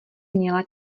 měla